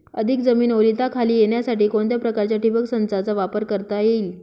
अधिक जमीन ओलिताखाली येण्यासाठी कोणत्या प्रकारच्या ठिबक संचाचा वापर करता येईल?